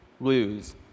lose